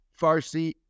Farsi